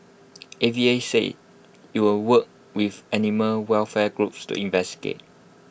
A V A said IT would work with animal welfare groups to investigate